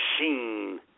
machine